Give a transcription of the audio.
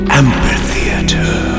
amphitheater